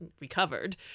recovered